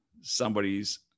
somebody's